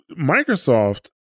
Microsoft